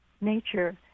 nature